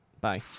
Bye